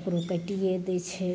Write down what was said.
ककरो काइटिये दै छै